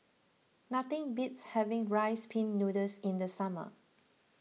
nothing beats having Rice Pin Noodles in the summer